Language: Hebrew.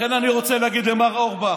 לכן אני רוצה להגיד למר אורבך: